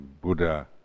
Buddha